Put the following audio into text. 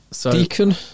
Deacon